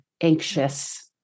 anxious